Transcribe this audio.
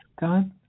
God